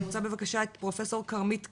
אני רוצה בבקשה את פרופ' כרמית כץ,